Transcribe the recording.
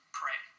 pray